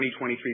2023